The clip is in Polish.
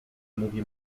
mówi